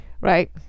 Right